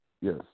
yes